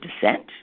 descent